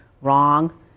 wrong